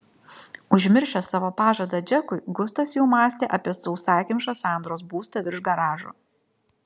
užmiršęs savo pažadą džekui gustas jau mąstė apie sausakimšą sandros būstą virš garažo